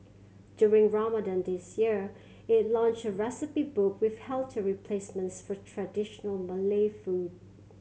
during Ramadan this year it launched a recipe book with healthier replacements for traditional Malay food